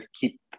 keep